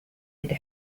had